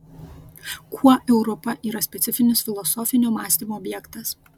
kuo europa yra specifinis filosofinio mąstymo objektas